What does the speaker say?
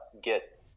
get